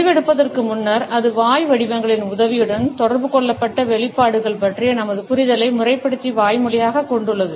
முடிவெடுப்பதற்கு முன்னர் அது வாய் வடிவங்களின் உதவியுடன் தொடர்பு கொள்ளப்பட்ட வெளிப்பாடுகள் பற்றிய நமது புரிதலை முறைப்படுத்தி வாய்மொழியாகக் கொண்டுள்ளது